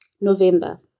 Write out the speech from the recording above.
November